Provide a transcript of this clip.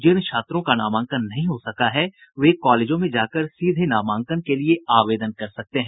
जिन छात्रों का नामांकन नहीं हो सका है वे कॉलेजों में जाकर सीधे नामांकन के लिये आवेदन कर सकते हैं